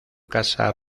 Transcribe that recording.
casa